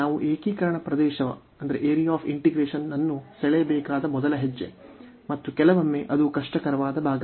ನಾವು ಏಕೀಕರಣದ ಪ್ರದೇಶವನ್ನು ಸೆಳೆಯಬೇಕಾದ ಮೊದಲ ಹೆಜ್ಜೆ ಮತ್ತು ಕೆಲವೊಮ್ಮೆ ಅದು ಕಷ್ಟಕರವಾದ ಭಾಗವಾಗಿದೆ